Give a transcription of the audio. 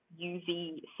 uv